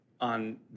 on